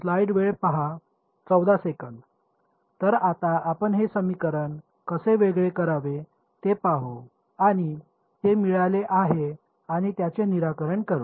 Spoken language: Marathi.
तर आता आपण हे समीकरण कसे वेगळे करावे ते पाहू आणि आता ते मिळाले आहे आणि त्याचे निराकरण करू